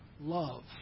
love